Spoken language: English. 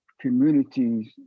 communities